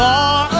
Far